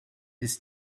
his